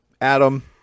adam